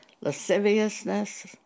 lasciviousness